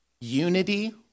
unity